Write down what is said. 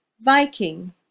Viking